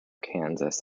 kansas